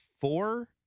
four